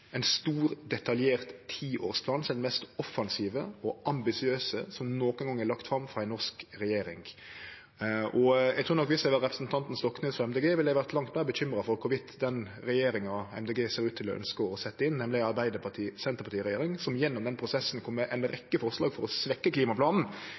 ein stor, detaljert tiårsplan, som er den mest offensive og ambisiøse som nokon gong er lagd fram av ei norsk regjering. Eg trur nok, dersom eg var representanten Stoknes frå Miljøpartiet Dei Grøne, at eg ville vore langt meir bekymra for om den regjeringa Miljøpartiet Dei Grøne ser ut til å ønskje å setje inn – nemleg ei Arbeidarparti–Senterparti-regjering, som gjennom den prosessen kom med